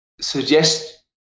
suggest